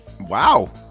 Wow